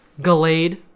Gallade